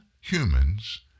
humans